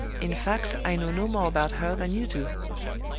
in fact, i know no more about her than you do.